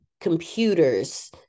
computers